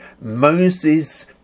Moses